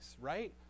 right